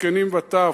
זקנים וטף,